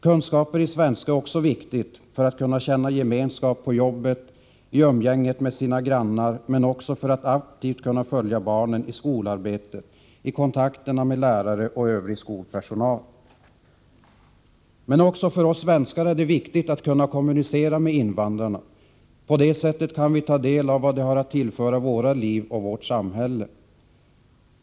Kunskaper i svenska är också viktigt för att kunna känna gemenskap på jobbet, i umgänget med sina grannar, men också för att aktivt kunna följa barnen i skolarbetet, i kontakterna med lärare och övrig skolpersonal. Men också för oss svenskar är det viktigt att kunna kommunicera med invandrarna. På det sättet kan vi ta del av vad de har att tillföra våra liv och vårt samhälle.